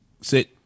sit